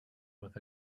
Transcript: with